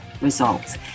results